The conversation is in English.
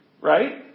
right